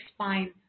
spine